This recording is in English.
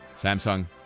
Samsung